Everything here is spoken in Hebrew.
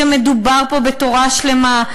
אלא מדובר פה בתורה שלמה,